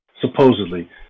supposedly